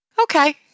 Okay